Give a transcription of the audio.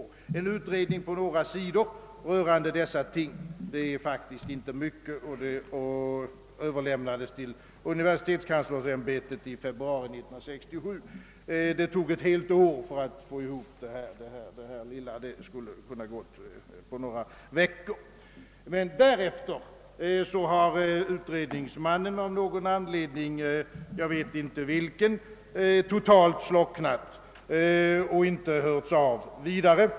Det blev en utredning på några sidor om dessa ting — det är faktiskt inte mycket — och den överlämnades till universitetskanslersämbetet i februari 1967. Det tog ett helt år att få ihop detta lilla aktstycke. Det skulle ha kunnat gå på några veckor. Därefter har utredningsmannen av någon anledning — jag vet inte vilken — totalt slocknat och inte hörts av vidare.